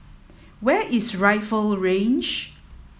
where is Rifle Range